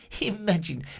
Imagine